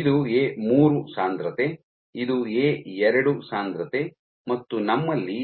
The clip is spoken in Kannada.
ಇದು ಎ ಮೂರು ಎ 3 ಸಾಂದ್ರತೆ ಇದು ಎ ಎರಡು ಎ 2 ಸಾಂದ್ರತೆ ಮತ್ತು ನಮ್ಮಲ್ಲಿ